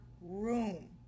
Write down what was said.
room